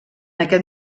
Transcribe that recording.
aquest